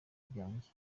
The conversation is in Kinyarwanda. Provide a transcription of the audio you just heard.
byanjye